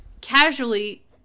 casually